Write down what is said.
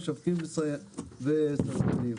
המשווקים והזכיינים.